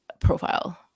profile